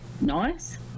nice